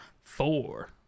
four